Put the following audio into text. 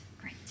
great